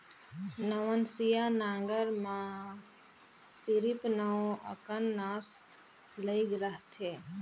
नवनसिया नांगर मे सिरिप नव अकन नास लइग रहथे